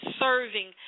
serving